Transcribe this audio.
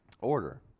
order